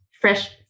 fresh